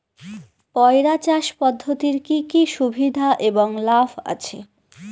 পয়রা চাষ পদ্ধতির কি কি সুবিধা এবং লাভ আছে?